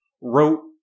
wrote